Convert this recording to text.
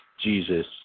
Jesus